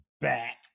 back